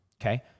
Okay